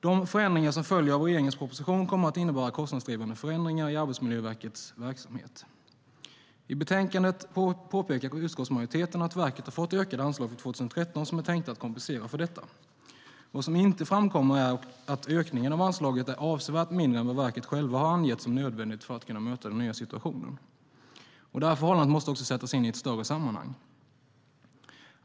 De förändringar som följer av regeringens proposition kommer att innebära kostnadsdrivande förändringar i Arbetsmiljöverkets verksamhet. I betänkande påpekar utskottsmajoriteten att verket har fått ökade anslag för 2013 som är tänkta att kompensera för detta. Vad som inte framkommer är att ökningen av anslaget är avsevärt mindre än vad verket självt har angett som nödvändigt för att kunna möta den nya situationen. Detta förhållande måste också sättas in i ett större sammanhang.